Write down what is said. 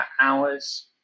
hours